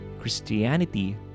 Christianity